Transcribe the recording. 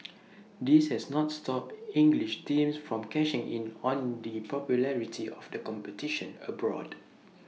this has not stopped English teams from cashing in on the popularity of the competition abroad